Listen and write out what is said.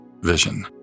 vision